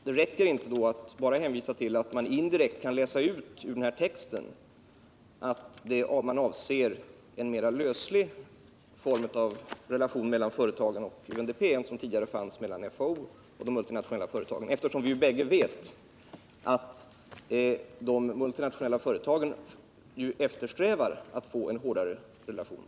Det räcker inte med att bara hänvisa till att man indirekt ur denna text kan läsa ut att det avses en mer löslig form av relation mellan företagen och UNDP än den som tidigare fanns mellan FAO och de multinationella företagen, Vi vet båda att de multinationella företagen eftersträvar att få en hårdare relation.